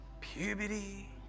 puberty